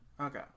Okay